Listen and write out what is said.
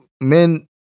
men